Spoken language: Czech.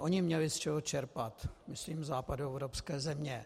Ony měly z čeho čerpat, myslím západoevropské země.